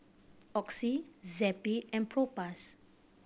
Oxy Zappy and Propass